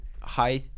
high